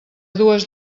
dues